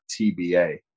TBA